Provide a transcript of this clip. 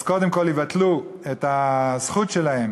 אז קודם כול יבטלו את הזכות שלהם